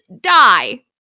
die